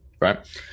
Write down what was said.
right